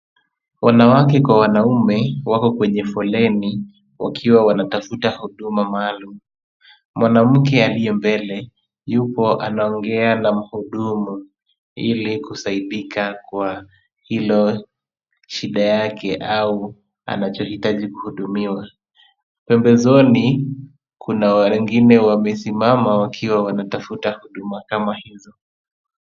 Wanawake kwa wanaume, wako kwenye foleni wakiwa wanatafuta huduma maalum. Mwanamke aliye mbele yuko anaongea na mhudumu, ili kusaidika kwa hilo shida yake au anachohitaji kuhudumiwa. Pembezoni kuna wengine wamesimama wakiwa wanatafuta huduma kama hizi.